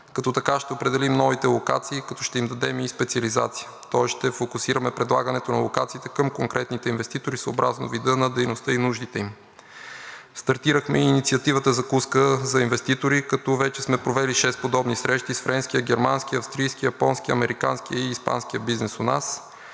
като така ще определим новите локации, като ще им дадем и специализация. Тоест ще фокусираме предлагането на локациите към конкретните инвеститори съобразно вида на дейността и нуждите им. Стартирахме и инициативата „Закуска за инвеститори“, като вече сме провели шест подобни срещи с френския, германския, австрийския, японския, американския и испанския бизнес у нас.